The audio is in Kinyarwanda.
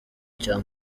cya